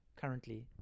currently